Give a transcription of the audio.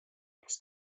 oleks